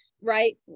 right